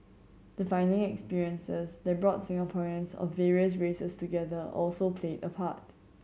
defining experiences that brought Singaporeans of various races together also played a part